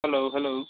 hello hello